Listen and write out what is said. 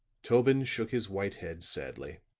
tobin shook his white head sadly.